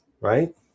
right